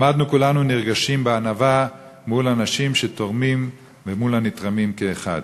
עמדנו כולנו נרגשים בענווה מול אנשים שתורמים ומול הנתרמים כאחד.